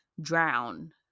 drown